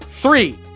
Three